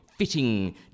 Fitting